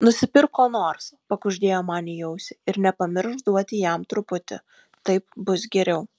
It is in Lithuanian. nusipirk ko nors pakuždėjo man į ausį ir nepamiršk duoti jam truputį taip bus geriau